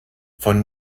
von